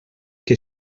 que